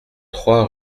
trois